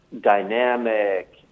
dynamic